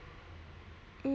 mm